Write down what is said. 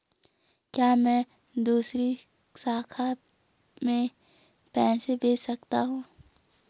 क्या मैं दूसरी शाखा में पैसे भेज सकता हूँ?